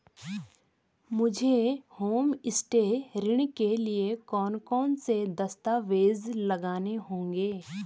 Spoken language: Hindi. मुझे होमस्टे ऋण के लिए कौन कौनसे दस्तावेज़ लगाने होंगे?